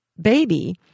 baby